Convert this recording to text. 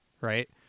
right